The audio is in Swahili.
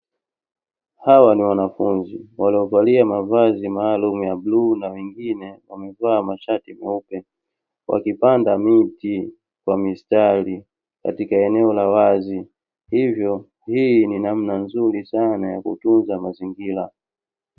Hawa ni wanafunzi waliovalia mavazi maalumu ya bluu, na wengine wamevaa mashati meupe wakipanda miti kwa mistari katika eneo la wazi hivyo hii namna nzuri sana ya kutunza mazingira.